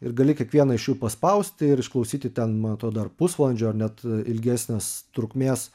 ir gali kiekvieną iš jų paspausti ir išklausyti ten man atrodo ar pusvalandžio ar net ilgesnės trukmės